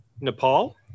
nepal